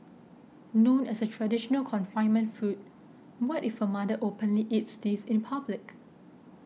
known as a traditional confinement food what if a mother openly eats this in public